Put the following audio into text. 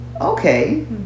okay